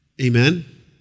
Amen